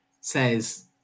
says